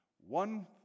One